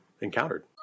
encountered